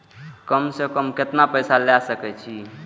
कम से कम केतना पैसा ले सके छी?